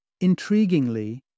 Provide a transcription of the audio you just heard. Intriguingly